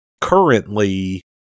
Currently